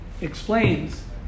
explains